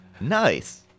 Nice